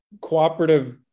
cooperative